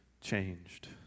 changed